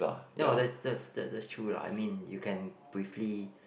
no that's that's that's that's true true lah I mean you can briefly